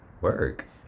Work